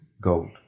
gold